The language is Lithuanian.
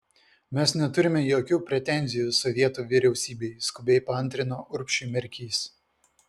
mes neturime jokių pretenzijų sovietų vyriausybei skubiai paantrino urbšiui merkys